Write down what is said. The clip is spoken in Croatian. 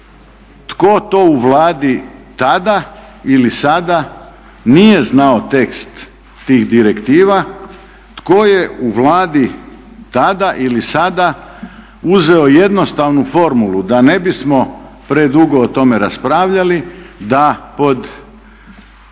Tko to u Vladi tada ili sada nije znao tekst tih direktiva, tko je u Vladi tada ili sada uzeo jednostavnu formulu da ne bismo predugo o tome raspravljali, da pod,